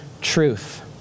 truth